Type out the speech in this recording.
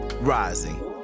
rising